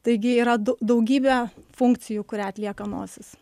taigi yra dau daugybė funkcijų kurią atlieka nosis